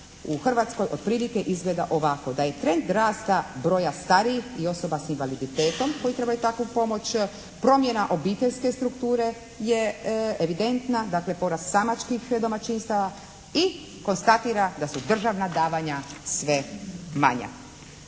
u Hrvatskoj otprilike izgleda ovako, da je trend rasta broja starijih i osoba sa invaliditetom koji trebaju takvu pomoć promjena obiteljske strukture je evidentna, dakle porast samaćih domaćinstava i konstatira da su državna davanja sve manja.